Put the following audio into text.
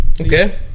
Okay